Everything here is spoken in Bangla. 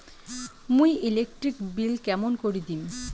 মুই ইলেকট্রিক বিল কেমন করি দিম?